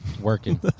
working